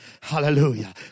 Hallelujah